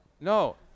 No